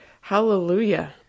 Hallelujah